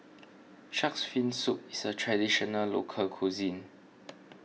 Shark's Fin Soup is a Traditional Local Cuisine